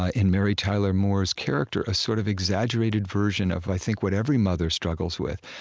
ah in mary tyler moore's character, a sort of exaggerated version of, i think, what every mother struggles with,